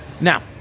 Now